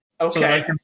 Okay